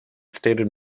stated